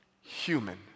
human